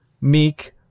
Meek